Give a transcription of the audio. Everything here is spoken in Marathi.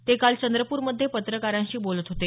ते काल चंद्रपूरमध्ये पत्रकारांशी बोलत होते